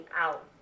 out